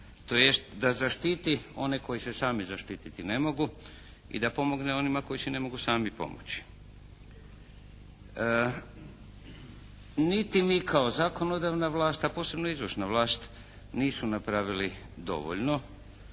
tj. da zaštiti one koji se sami zaštititi ne mogu i da pomogne onima koji si ne mogu sami pomoći. Niti mi kao zakonodavna vlast a posebno izvršna vlast nisu napravili dovoljno